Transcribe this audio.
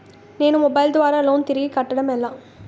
నేను మొబైల్ ద్వారా లోన్ తిరిగి కట్టడం ఎలా?